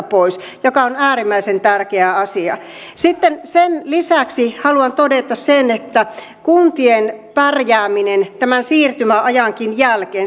pois mikä on äärimmäisen tärkeä asia sitten sen lisäksi haluan todeta sen että kuntien pärjääminen tämän siirtymäajan jälkeenkin